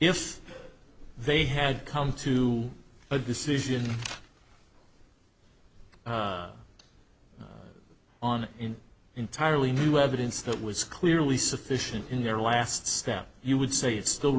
if they had come to a decision on in entirely new evidence that was clearly sufficient in your last step you would say it's still